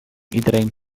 iedereen